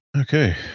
Okay